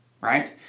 right